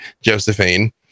Josephine